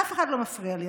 אף אחד לא מפריע לי.